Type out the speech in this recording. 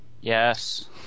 Yes